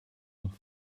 noch